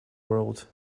world